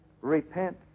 Repent